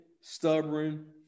stubborn